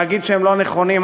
להגיד שהם לא נכונים.